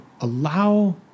allow